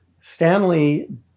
Stanley